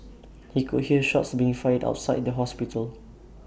he could hear shots being fired outside the hospital